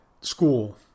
school